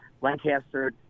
Lancaster